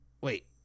wait